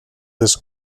this